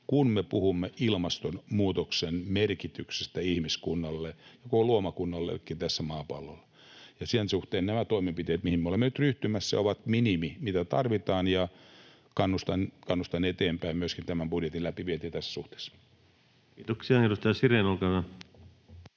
kun me puhumme ilmastonmuutoksen merkityksestä ihmiskunnalle ja koko luomakunnallekin tällä maapallolla. Sen suhteen nämä toimenpiteet, mihin me olemme nyt ryhtymässä, ovat minimi, mitä tarvitaan, ja kannustan eteenpäin myöskin tämän budjetin läpivientiä tässä suhteessa. [Speech 425] Speaker: